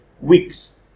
weeks